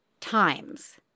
times